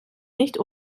nicht